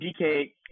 DK